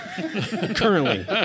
Currently